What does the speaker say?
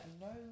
No